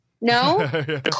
No